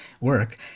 work